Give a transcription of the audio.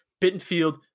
Bittenfield